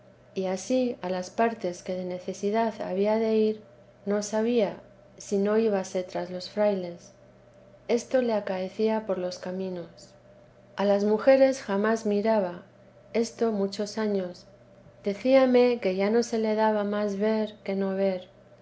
y ansí a las parles que de necesidad había de ir no sabía si no íbase tras los frailes esto le acaecía por los caminos teresa de j a mujeres jamás miraba esto muchos años decíame que ya no se le daba más ver que no ver